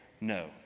No